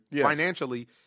financially –